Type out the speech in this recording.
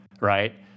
right